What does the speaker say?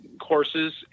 courses